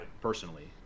personally